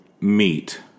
meet